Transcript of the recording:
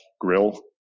grill